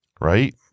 right